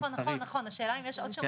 נכון, נכון השאלה אם יש עוד שמות מסחריים?